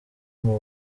muri